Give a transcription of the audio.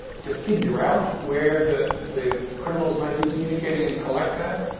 to figure out where the the criminals might be communicating and collect that.